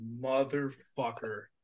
motherfucker